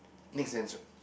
make sense right